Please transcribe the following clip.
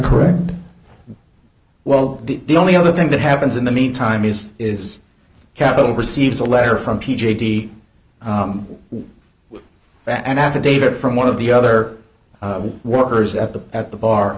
correct well the only other thing that happens in the mean time is is capital receives a letter from t j d that an affidavit from one of the other workers at the at the bar